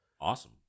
awesome